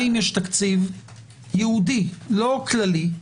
האם יש תקציב ייעודי לא כללי?